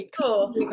cool